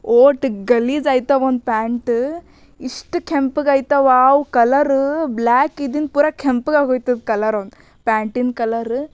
vote ಗಲೀಜು ಆಯ್ತವ ಅವ್ನ ಪ್ಯಾಂಟ್ ಇಷ್ಟು ಕೆಂಪಗೆ ಆಯ್ತವ ವಾವ್ ಕಲರು ಬ್ಲ್ಯಾಕ್ ಇದ್ದಿದ್ದು ಪೂರಾ ಕೆಂಪಗೆ ಆಗೋಯ್ತು ಕಲರ್ ಅವಂದು ಪ್ಯಾಂಟಿಂದು ಕಲರ್